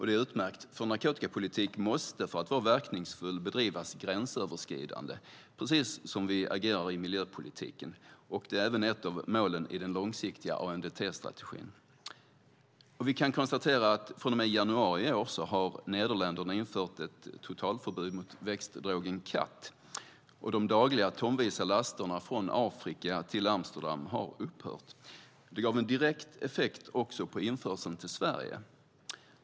Det är utmärkt, för narkotikapolitik måste för att vara verkningsfull bedrivas gränsöverskridande, precis som vi agerar i miljöpolitiken. Det är även ett av målen i den långsiktiga ANDT-strategin. Vi kan konstatera att från och med januari i år har Nederländerna infört ett totalförbud mot växtdrogen kat, och de dagliga tonvisa lasterna från Afrika till Amsterdam har upphört. Det gav en direkt effekt också på införseln till Sverige.